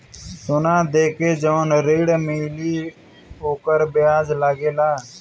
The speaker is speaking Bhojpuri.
सोना देके जवन ऋण मिली वोकर ब्याज लगेला का?